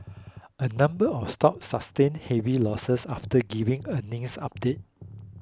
a number of stocks sustained heavy losses after giving earnings updates